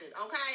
okay